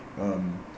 um